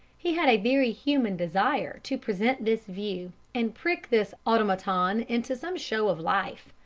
he had a very human desire to present this view and prick this automaton into some show of life.